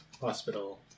Hospital